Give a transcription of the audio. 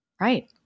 right